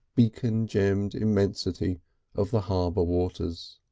beacon-gemmed immensity of the harbour waters.